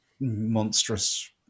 Monstrous